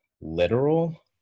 literal